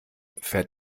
fährt